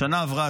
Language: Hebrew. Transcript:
השנה עברה,